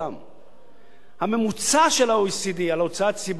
הממוצע של ה-OECD על הוצאה ציבורית הוא 43% תל"ג.